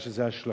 שיש לזה השלכות.